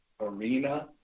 arena